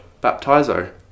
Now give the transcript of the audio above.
baptizo